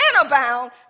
abound